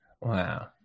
Wow